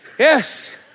Yes